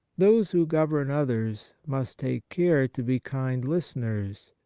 those who govern others must take care to be kind listeners,